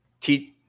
Teach